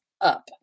up